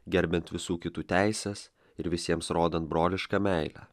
gerbiant visų kitų teises ir visiems rodant brolišką meilę